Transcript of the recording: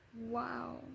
wow